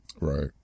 Right